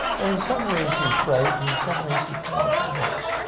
and in some ways he's bright, and in some ways he's kind of nuts.